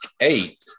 eight